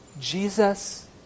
Jesus